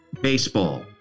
BASEBALL